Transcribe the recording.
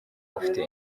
ufite